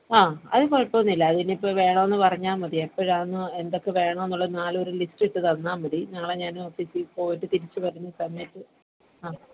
ആ അത് കുഴപ്പം ഒന്നുമില്ല അത് ഇനി എപ്പോൾ വേണമെന്ന് പറഞ്ഞാൽ മതി എപ്പോഴാണെന്നും എന്തൊക്ക വേണമെന്ന് ഉള്ളതും നാളെയൊരു ലിസ്റ്റിട്ട് തന്നാൽ മതി നാളെ ഞാന് ഓഫീസിൽ പോയിട്ട് തിരിച്ച് വരുന്ന സമയത്ത് ആ